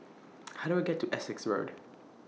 How Do I get to Essex Road